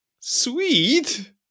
Sweet